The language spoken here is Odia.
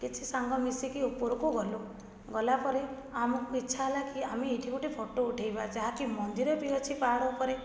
କିଛି ସାଙ୍ଗ ମିଶିକି ଉପରକୁ ଗଲୁ ଗଲାପରେ ଆମକୁ ଇଚ୍ଛା ହେଲାକି ଆମେ ଏଇଠି ଗୋଟେ ଫଟୋ ଉଠେଇବା ଯାହାକି ମନ୍ଦିର ବି ଅଛି ପାହାଡ଼ ଉପରେ